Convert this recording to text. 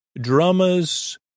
drummers